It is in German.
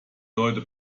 leute